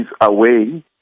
away